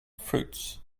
fruits